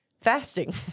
fasting